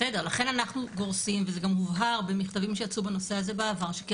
אנחנו אפילו הורדנו חלק מהאוהלים ובנינו.